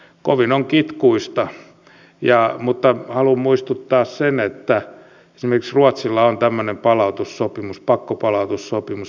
kovin on kitkuista mutta haluan muistuttaa siitä että esimerkiksi ruotsilla on tämmöinen palautussopimus pakkopalautussopimus